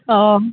ꯑꯣ